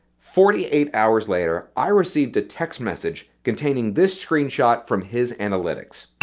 forty eight hours later i received a text message containing this screenshot from his analytics.